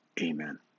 Amen